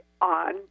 on